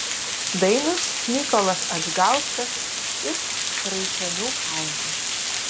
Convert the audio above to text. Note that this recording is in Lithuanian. dainius mykolas adžgauskas iš skraičionių kaimo